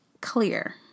clear